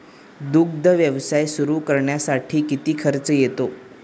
दुग्ध व्यवसाय सुरू करण्यासाठी किती खर्च येतो?